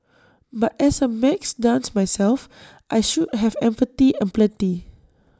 but as A maths dunce myself I should have empathy aplenty